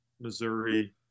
Missouri